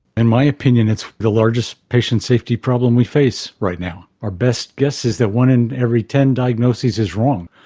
in my opinion it's the largest patient safety problem we face right now. our best guess is that one in every ten diagnoses is wrong.